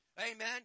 Amen